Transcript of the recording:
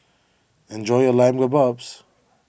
enjoy your Lamb Kebabs